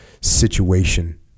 situation